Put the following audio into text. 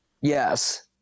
Yes